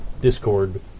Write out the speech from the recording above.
Discord